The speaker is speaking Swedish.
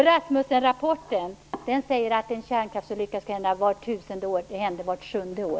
Rasmussenrapporten säger att en kärnkraftsolycka skall hända vart tusende år. Det händer vart sjunde år.